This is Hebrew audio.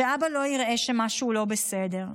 שאבא לא ייראה שמשהו לא בסדר.